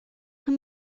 que